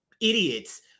idiots